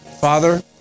Father